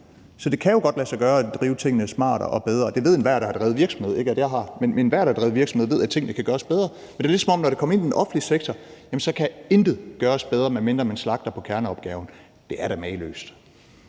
Så det kan jo godt lade sig gøre at drive tingene smartere og bedre, og det ved enhver, der har drevet virksomhed – ikke at jeg har, men enhver, der har drevet virksomhed, ved, at tingene kan gøres bedre. Men det er ligesom om, at når det kommer til den offentlige sektor, kan intet gøres bedre, medmindre man slagter dele af kerneopgaven. Det er da mageløst.